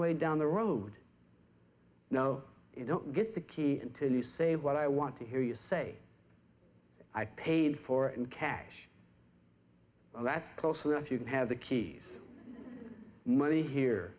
way down the road no you don't get the key in till you say what i want to hear you say i paid for it in cash that's close enough you can have the keys money here